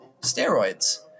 steroids